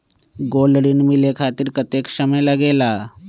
Gold ऋण मिले खातीर कतेइक समय लगेला?